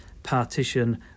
Partition